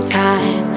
time